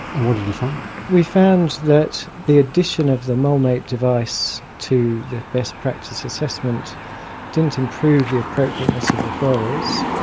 and what did you find? we found that the addition of the molemate device to the best practice assessment didn't improve the appropriateness of referrals.